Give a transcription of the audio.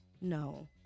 no